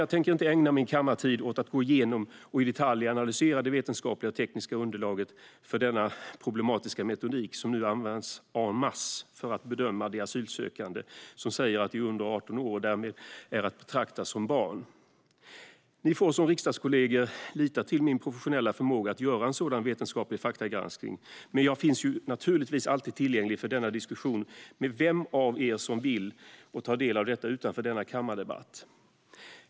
Jag tänker inte ägna min kammartid åt att gå igenom och i detalj analysera det vetenskapliga och tekniska underlaget för den problematiska metodik som nu används en masse för att bedöma de asylsökande som säger att de är under 18 år och därmed är att betrakta som barn. Mina riksdagskollegor får lita till min professionella förmåga att göra en sådan vetenskaplig faktagranskning, och jag finns naturligtvis alltid tillgänglig för denna diskussion med vem som helst av er som vill ta del av detta utanför denna kammardebatt.